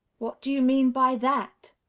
what do you mean by that?